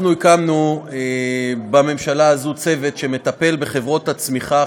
אנחנו הקמנו בממשלה הזאת צוות שמטפל בחברות הצמיחה,